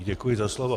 Děkuji za slovo.